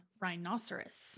rhinoceros